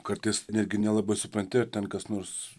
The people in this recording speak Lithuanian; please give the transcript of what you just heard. kartais netgi nelabai supranti ar ten kas nors